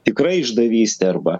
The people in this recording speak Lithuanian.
tikra išdavystė arba